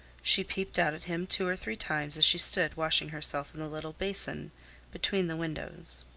she peeped out at him two or three times as she stood washing herself in the little basin between the windows.